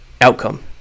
outcome